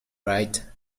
right